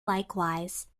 likewise